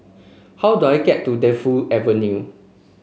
how do I get to Defu Avenue